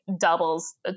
doubles